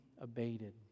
abated